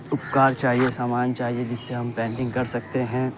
اپکار چاہیے سامان چاہیے جس سے ہم پینٹنگ کر سکتے ہیں